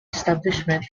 establishment